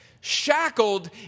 shackled